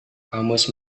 kamus